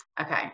Okay